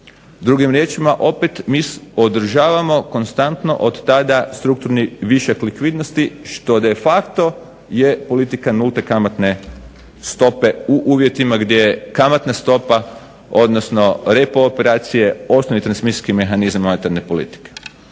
Drugim riječima opet mi održavamo konstantno od tada strukturni višak likvidnosti što de facto je politika nulte kamatne stope u uvjetima gdje kamatna stopa, odnosno repo operacije osnovni transmisijski mehanizam monetarne politike.